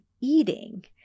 eating